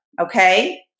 Okay